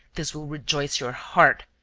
this will rejoice your heart!